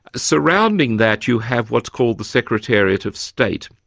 surrounding that you have what's called the secretariat of state.